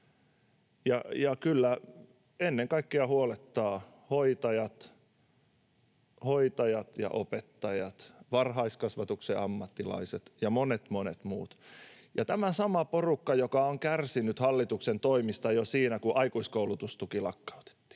Ja kyllä ennen kaikkea huolettavat hoitajat — hoitajat ja opettajat, varhaiskasvatuksen ammattilaiset ja monet monet muut. Ja tämä sama porukka on kärsinyt hallituksen toimista jo siinä, kun aikuiskoulutustuki lakkautettiin